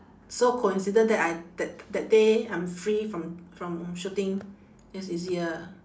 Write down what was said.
so coincident that I that that day I'm free from from shooting that's easier